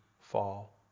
fall